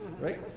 right